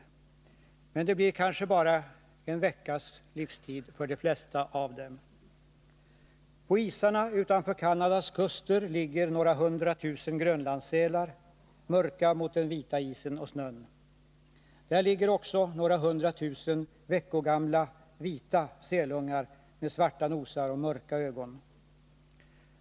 Men det blir kanske bara en veckas livstid för de flesta av dem. På isarna utanför Canadas kuster ligger några hundra tusen grönlandssälar —- mörka mot den vita isen och snön. Där ligger också några hundra tusen veckogamla vita sälungar med svarta nosar och mörka ögon.